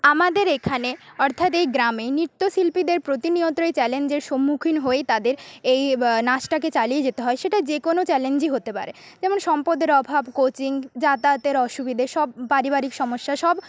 আমাদের এখানে অর্থাৎ এই গ্রামে নৃত্যশিল্পীদের প্রতিনিয়তই চ্যালেঞ্জের সম্মুখীন হয়েই তাঁদের এই নাচটাকে চালিয়ে যেতে হয় সেটা যে কোনো চ্যালেঞ্জই হতে পারে যেমন সম্পদের অভাব কোচিং যাতায়াতের অসুবিধে সব পারিবারিক সমস্যা সব